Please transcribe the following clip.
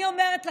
אני אומרת לכם,